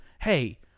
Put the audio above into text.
Hey